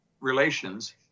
relations